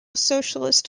socialist